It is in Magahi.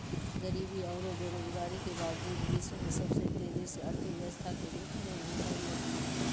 गरीबी औरो बेरोजगारी के बावजूद विश्व में सबसे तेजी से अर्थव्यवस्था के रूप में उभरलय